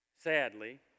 sadly